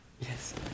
Yes